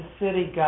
city